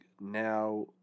now